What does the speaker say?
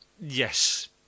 Yes